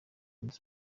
nzu